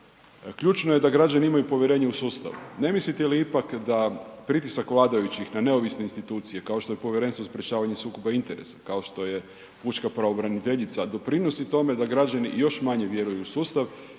Ključno je da građani imaju povjerenje u sustav. Ne mislite li ipak da pritisak vladajućih na neovisne institucije kao što je Povjerenstvo za sprečavanje sukoba interesa, kao što je pučka pravobraniteljica doprinosi tome da građani još manje vjeruju u sustav